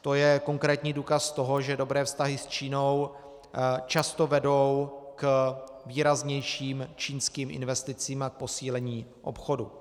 To je konkrétní důkaz toho, že dobré vztahy s Čínou často vedou k výraznějším čínským investicím a k posílení obchodu.